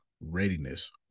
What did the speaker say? readiness